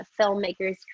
filmmakers